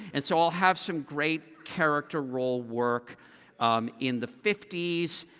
and so i'll have some great character role work in the fifty s,